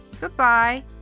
goodbye